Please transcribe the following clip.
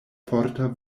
forta